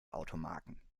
automarken